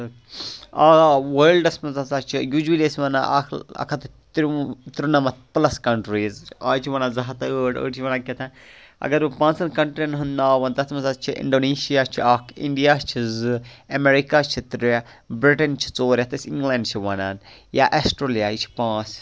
آ وٲلڑَس مَنٛز ہَسا چھِ یوجوٕلی ٲسۍ وَنان اَکھ ہَتھ تہٕ ترٛۆ ترٛنَمَتھ پٕلَس کَنٹریز اَز چھِ وَنان زٕ ہَتھ تہٕ ٲٹھ أڑۍ چھِ وَنان کٮ۪تھان اگر بہٕ پانژھَن کَنٹریَن ہُند ناو وَنہٕ تَتھ مَنٛز حظ چھِ اِنڈونیشیا چھِ اَکھ اِنڑیا چھِ زٕ امیرِکا چھِ ترٛےٚ بِرٹِن چھِ ژور یَتھ أسۍ اِنگلینڑ چھِ وَنان یا اَسٹریلیا یہِ چھ پانژھ